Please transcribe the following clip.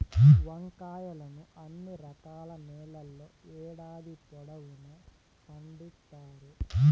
వంకాయలను అన్ని రకాల నేలల్లో ఏడాది పొడవునా పండిత్తారు